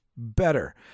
better